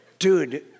dude